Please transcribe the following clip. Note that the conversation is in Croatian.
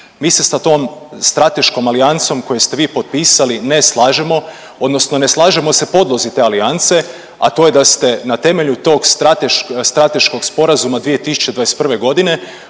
Mi se sa tom strateškom alijansom koju ste vi potpisali ne slažemo odnosno ne slažemo se podlozi te alijanse, a to je da ste na temelju tog strateškog sporazuma 2021. kupili